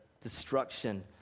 destruction